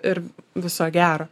ir viso gero